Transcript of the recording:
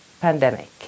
pandemic